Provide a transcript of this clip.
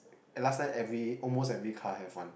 and last time every almost every car have one